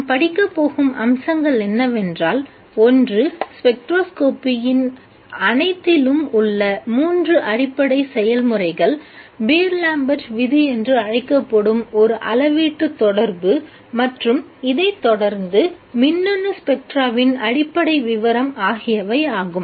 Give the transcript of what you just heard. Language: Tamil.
நாம் படிக்கப்போகும் அம்சங்கள் என்னவென்றால் ஒன்று ஸ்பெக்ட்ரோஸ்கோப்பியின் அனைத்திலும் உள்ள மூன்று அடிப்படை செயல்முறைகள் பீர் லாம்பெர்ட் விதி என்று அழைக்கப்படும் ஒரு அளவீட்டு தொடர்பு மற்றும் இதைத் தொடர்ந்து மின்னணு ஸ்பெக்ட்ராவின் அடிப்படை விவரம் ஆகியவை ஆகும்